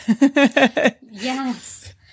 Yes